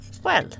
Well